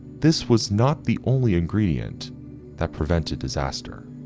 this was not the only ingredient that prevented disaster.